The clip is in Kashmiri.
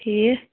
ٹھیٖک